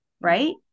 Right